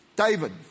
David